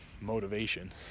motivation